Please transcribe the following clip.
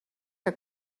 que